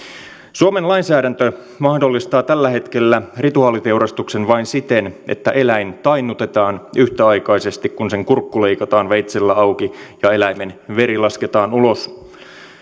suomen lainsäädäntö mahdollistaa tällä hetkellä rituaaliteurastuksen vain siten että eläin tainnutetaan yhtäaikaisesti kun sen kurkku leikataan veitsellä auki ja eläimen veri lasketaan ulos